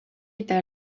eta